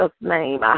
name